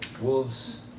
wolves